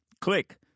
Click